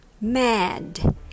mad